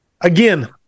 again